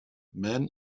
men